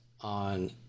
on